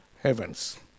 heavens